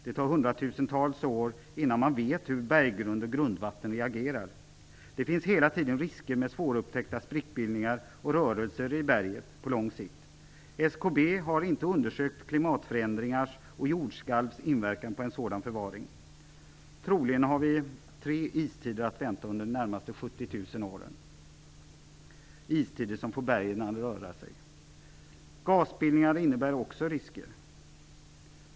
Det tar hundratusentals år innan man vet hur berggrund och grundvatten reagerar. Det finns hela tiden risker med svårupptäckta sprickbildningar och rörelser i berget på lång sikt. SKB har inte undersökt klimatförändringars och jordskalvs inverkan på en sådan förvaring. Troligen har vi tre istider att vänta under de närmaste 70 000 åren, istider som får bergen att röra sig. Gasbildningar innebär också risker.